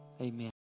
amen